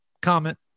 comment